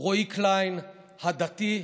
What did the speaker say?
רועי קליין ה"דתי"?